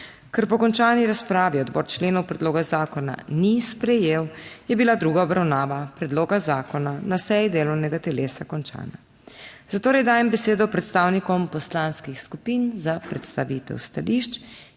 Ker po končani razpravi odbor členov predloga zakona ni sprejel, je bila druga obravnava predloga zakona na seji delovnega telesa končana. Zatorej dajem besedo predstavnikom poslanskih skupin za predstavitev stališč